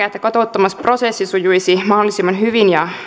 että kotouttamisprosessi sujuisi mahdollisimman hyvin ja